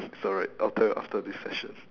so right after after this session